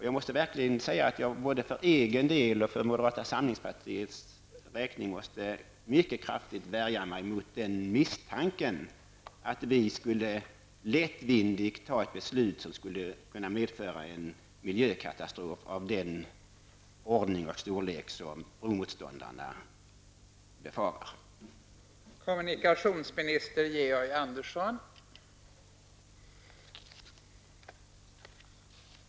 Jag måste verkligen säga att jag både för egen del och för moderata samlingspartiets räkning mycket kraftigt värjer mig mot misstanken att vi skulle lättvindigt ta ett beslut som skulle kunna medföra en miljökatastrof av den ordning och storlek som bromotståndarna befarar.